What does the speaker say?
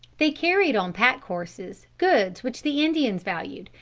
they carried on pack horses goods which the indians valued,